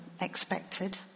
expected